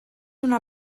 una